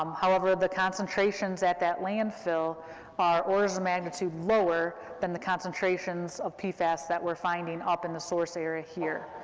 um however, the concentrations at that landfill are orders of magnitude lower than the concentrations of pfas that we're finding up in the source area here.